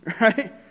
right